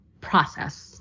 process